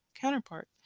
counterpart